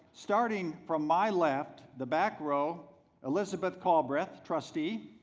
starting from my left, the back row elizabeth culbreth trustee,